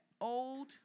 old